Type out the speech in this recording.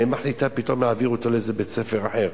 האם מחליטה פתאום להעביר אותו לאיזה בית-ספר אחר.